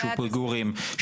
שהוא בפיגורים,